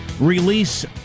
release